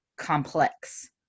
complex